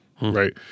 Right